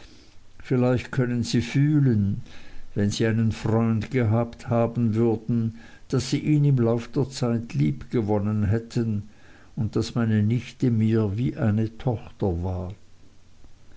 vielleicht können sie fühlen wenn sie einen freund gehabt haben würden daß sie ihn im lauf der zeit lieb gewonnen hätten und daß meine nichte mir wie eine tochter war